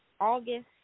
August